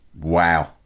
Wow